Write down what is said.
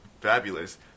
fabulous